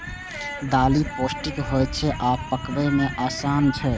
दालि पौष्टिक होइ छै आ पकबै मे आसान छै